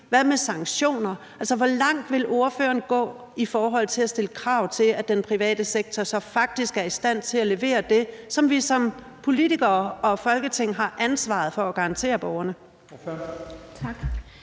Hvad med pensioner? Hvor langt vil ordføreren gå i forhold til at stille krav om, at den private sektor så faktisk er i stand til at levere det, som vi som politikere og Folketing har ansvaret for at garantere borgerne?